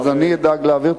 אז אני אדאג להעביר.